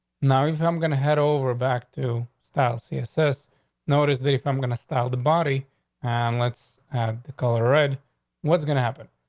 now, if i'm gonna head over back to style css notice that if i'm going to style the body on and let's add the color red what's gonna happen?